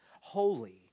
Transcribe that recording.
holy